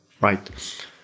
right